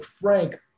Frank